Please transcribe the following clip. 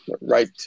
right